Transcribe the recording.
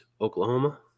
Oklahoma